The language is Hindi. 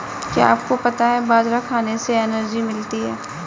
क्या आपको पता है बाजरा खाने से एनर्जी मिलती है?